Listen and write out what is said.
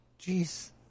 Jeez